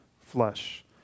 flesh